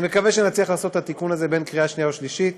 אני מקווה שנצליח לעשות את התיקון הזה בין קריאה שנייה ושלישית.